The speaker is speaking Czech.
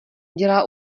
dělá